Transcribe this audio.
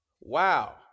Wow